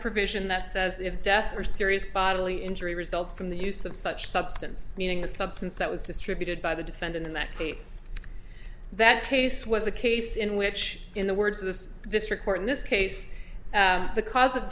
provision that says if death or serious bodily injury results from the use of such substance meaning the substance that was distributed by the defendant in that case that case was a case in which in the words of this district court in this case the cause of